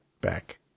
back